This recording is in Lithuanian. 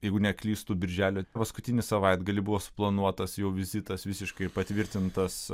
jeigu neklystu birželio paskutinį savaitgalį buvo suplanuotas jau vizitas visiškai patvirtintas